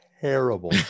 terrible